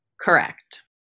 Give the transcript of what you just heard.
Correct